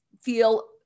feel